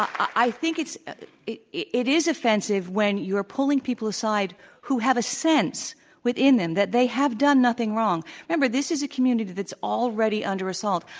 i think it's it it is offensive when you're pulling people aside who have a sense within them that they have done nothing wrong. remember this is a community that's already under assault.